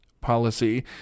policy